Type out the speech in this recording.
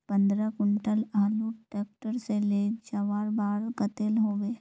पंद्रह कुंटल आलूर ट्रैक्टर से ले जवार भाड़ा कतेक होबे?